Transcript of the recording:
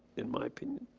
in my opinion.